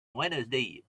wednesday